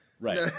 Right